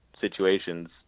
situations